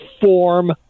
form